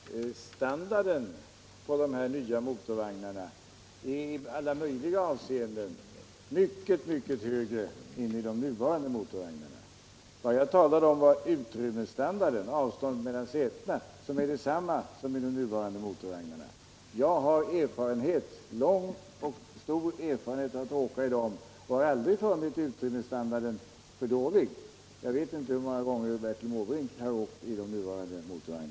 Herr talman! Standarden på de nya motorvagnarna är i alla möjliga avseenden mycket högre än i de nuvarande motorvagnarna. Vad jag talade om var utrymmesstandarden, avståndet mellan sätena, som är detsamma som i de nuvarande motorvagnarna. Jag har lång och stor erfarenhet av att åka i dem, och jag har aldrig funnit utrymmesstandarden för dålig. Jag vet - Nr 70 inte hur många gånger Bertil Måbrink har åkt i de nuvarande motorvag